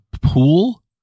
pool